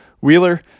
Wheeler